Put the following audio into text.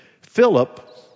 Philip